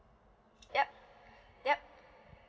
yup yup